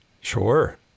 Sure